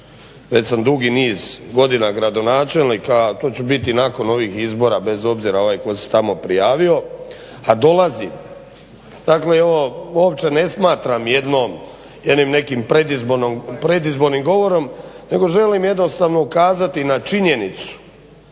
da sam dugi niz godina gradonačelnik, a to ću biti i nakon ovih izbora bez obzira tko se tamo prijavio, a dolazi dakle ovo uopće ne smatram jednim nekim predizbornim govorom nego želim jednostavno ukazati na činjenicu